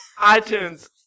iTunes